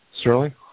Sterling